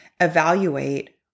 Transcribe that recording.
evaluate